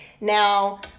Now